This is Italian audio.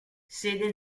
sede